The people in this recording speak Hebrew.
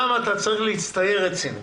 אתה גם צריך להצטייר רציני.